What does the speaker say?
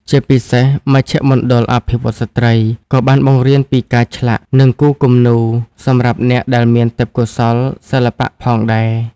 ជាពិសេស មជ្ឈមណ្ឌលអភិវឌ្ឍន៍ស្ត្រីក៏បានបង្រៀនពីការឆ្លាក់ និងគូរគំនូរ សម្រាប់អ្នកដែលមានទេពកោសល្យសិល្បៈផងដែរ។